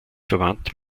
verwandt